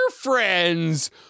friends